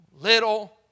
little